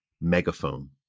megaphone